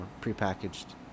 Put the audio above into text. prepackaged